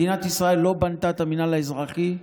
מדינת ישראל לא בנתה את המינהל האזרחי,